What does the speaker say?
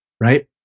right